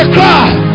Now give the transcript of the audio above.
Cry